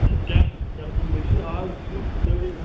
ہے کیٛاہ کَرٕ بہٕ مےٚ چھِ اَز چھِ سٲری